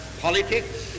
politics